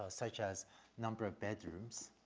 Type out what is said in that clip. such as number of bedrooms